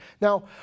Now